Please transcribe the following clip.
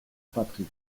patrie